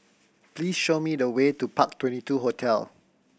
please show me the way to Park Twenty two Hotel